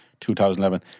2011